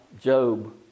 Job